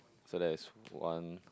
so that is one